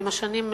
עם השנים,